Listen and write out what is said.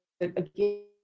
again